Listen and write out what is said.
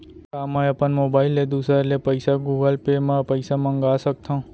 का मैं अपन मोबाइल ले दूसर ले पइसा गूगल पे म पइसा मंगा सकथव?